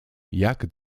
jak